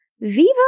Viva